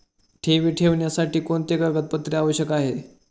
ठेवी ठेवण्यासाठी कोणते कागदपत्रे आवश्यक आहे?